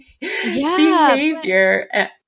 behavior